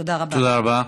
תודה רבה.